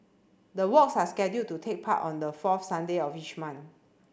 the walks are scheduled to take part on the fourth Sunday of each month